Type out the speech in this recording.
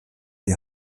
die